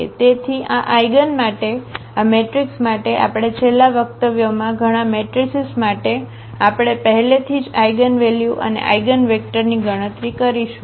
તેથી આ આઇગન માટે આ મેટ્રિક્સ માટે આપણે છેલ્લા વક્તવ્યમાં ઘણા મેટ્રિસીસ માટે આપણે પહેલેથી જ આઇગનવેલ્યુ અને આઇગનવેક્ટરની ગણતરી કરીશું